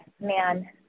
man